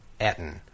Etten